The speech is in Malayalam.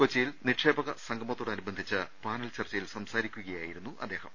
കൊച്ചിയിൽ നിക്ഷേപക സംഗമത്തോടനുബന്ധിച്ച പാനൽ ചർച്ചയിൽ സംസാരിക്കുകയായിരുന്നു അദ്ദേഹം